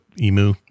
Emu